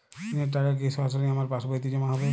ঋণের টাকা কি সরাসরি আমার পাসবইতে জমা হবে?